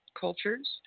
cultures